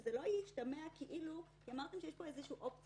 שלא ישתמע כאילו אמרתם שיש פה אופציה